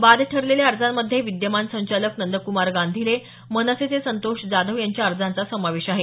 बाद ठरलेल्या अर्जांमध्ये विद्यमान संचालक नंदकुमार गांधीले मनसेचे संतोष जाधव यांच्या अर्जांचा समावेश आहे